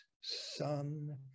son